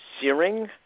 searing